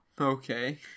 Okay